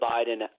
Biden